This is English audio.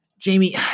Jamie